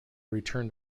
returned